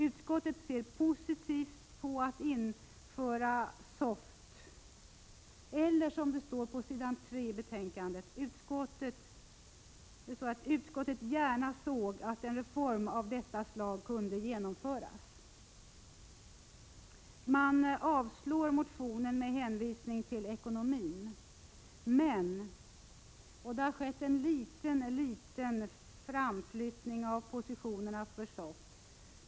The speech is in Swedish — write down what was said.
Utskottet ser positivt på att införa SOFT och har, som det heter på s. 3 i betänkandet, framhållit ——— ”att utskottet gärna såg att en reform av detta slag kunde genomföras.” Man avstyrker motionen med hänvisning till ekonomin, men det har skett en liten, liten framflyttning av positionerna för SOFT.